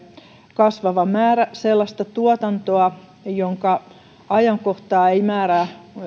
kasvava määrä sellaista tuotantoa jonka ajankohtaa ei määrää